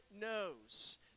knows